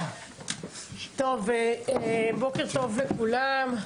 בוקר טוב לכולם,